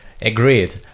Agreed